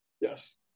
Yes